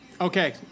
Okay